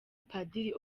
padiri